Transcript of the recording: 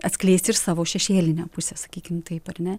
atskleisti ir savo šešėlinę pusę sakykim taip ar ne